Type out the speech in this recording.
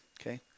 okay